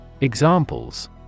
Examples